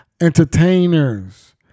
entertainers